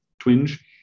twinge